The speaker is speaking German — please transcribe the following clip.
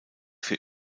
für